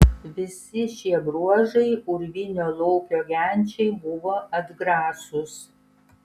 visi šie bruožai urvinio lokio genčiai buvo atgrasūs